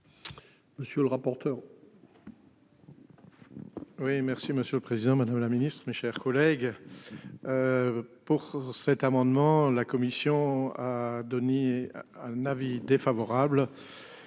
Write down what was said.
Monsieur le rapporteur.